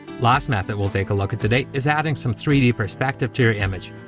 last method we'll take a look at today is adding some three d perspective to your image.